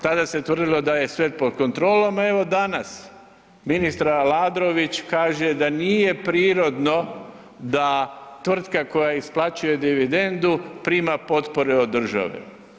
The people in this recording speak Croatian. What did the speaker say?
Tada se tvrdilo da je sve pod kontrolom, evo danas ministar Aladrović kaže da nije prirodno da tvrtka koja isplaćuje dividendu prima potpore od države.